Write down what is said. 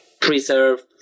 preserve